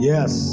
Yes